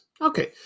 okay